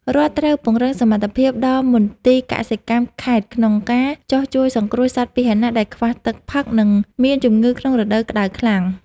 រដ្ឋត្រូវពង្រឹងសមត្ថភាពដល់មន្ទីរកសិកម្មខេត្តក្នុងការចុះជួយសង្គ្រោះសត្វពាហនៈដែលខ្វះទឹកផឹក និងមានជំងឺក្នុងរដូវក្តៅខ្លាំង។